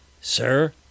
Sir